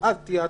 אז תהיה הדחייה.